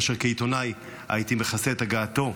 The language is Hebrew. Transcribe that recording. כאשר כעיתונאי הייתי מכסה את הגעתו,